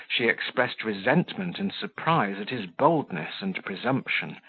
she expressed resentment and surprise at his boldness and presumption,